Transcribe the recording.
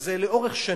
וזה לאורך שנים.